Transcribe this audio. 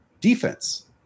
defense